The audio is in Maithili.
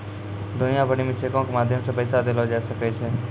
दुनिया भरि मे चेको के माध्यम से पैसा देलो जाय सकै छै